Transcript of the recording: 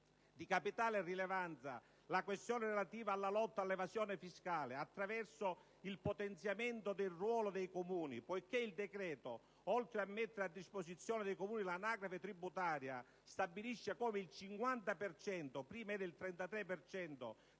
Di capitale rilevanza è la questione relativa alla lotta all'evasione fiscale, attraverso il potenziamento del ruolo dei Comuni, poiché il decreto, oltre a mettere a disposizione dei Comuni l'anagrafe tributaria, stabilisce che il 50 per cento (prima era il 33